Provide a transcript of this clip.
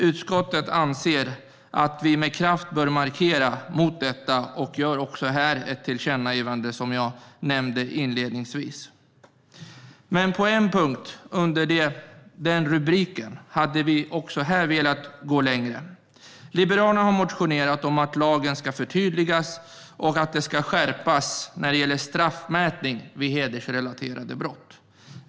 Utskottet anser att vi med kraft bör markera mot detta och gör också här ett tillkännagivande, som jag nämnde inledningsvis. Men på en punkt under den rubriken hade vi även här velat gå längre. Liberalerna har motionerat om att lagen ska förtydligas och skärpas när det gäller straffmätning vid hedersrelaterade brott.